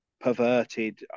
perverted